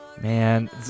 man